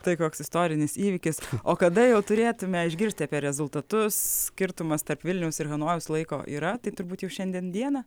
tai koks istorinis įvykis o kada jau turėtumėme išgirsti apie rezultatus skirtumas tarp vilniaus ir hanojaus laiko yra tai turbūt jau šiandien diena